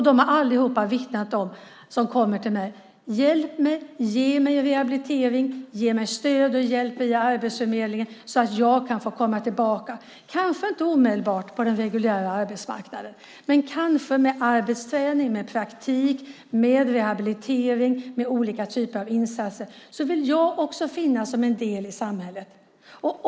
De har alla sagt: Hjälp mig, ge mig rehabilitering, ge mig stöd och hjälp via Arbetsförmedlingen så att jag kan få komma tillbaka. Jag kanske inte omedelbart kan komma tillbaka på den reguljära arbetsmarknaden, men kanske med arbetsträning, med praktik, med rehabilitering och med olika typer av insatser vill jag också finnas som en del i samhället.